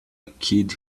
kid